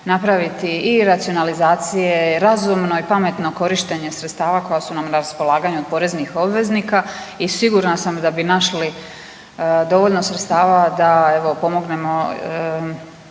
napraviti i racionalizacije, razumno i pametno korištenje sredstava koja su nam na raspolaganju od poreznih obveznika i sigurna sam da bi našli dovoljno sredstava da evo, pomognemo